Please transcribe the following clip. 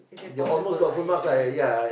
it's impossible lah usually